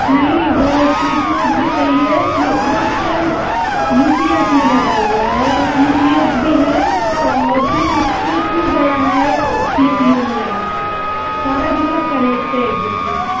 नहीं वो switch board भी सही है स्विच बोर्ड से यू पी एस में लगा हुआ है एक यू पी एस भी है और फिर उसके थ्रू गया है सी पी यू मे लाइट सारा मतलब कनेक्ट है एकदूसरे से